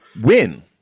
win